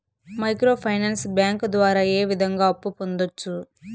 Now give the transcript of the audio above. micro finance bank ద్వారా ఏ విధంగా అప్పు పొందొచ్చు